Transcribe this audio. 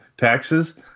taxes